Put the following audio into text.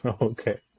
Okay